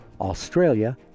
australia